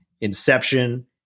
inception